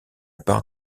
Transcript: part